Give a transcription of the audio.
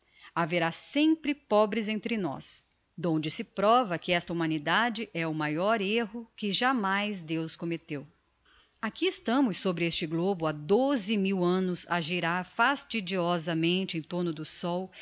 haverá sempre pobres entre nós d'onde se prova que esta humanidade é o maior erro que jámais deus cometeu aqui estamos sobre este globo ha doze mil annos a girar fastidiosamente em torno do sol